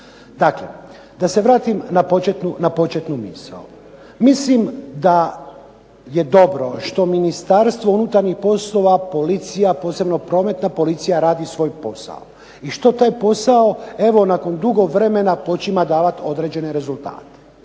Dakle da se vratim na početnu misao. Mislim da je dobro što Ministarstvo unutarnjih poslova, policija, posebno prometna policija radi svoj posao. I što taj posao evo nakon dugo vremena počima davati određene rezultate.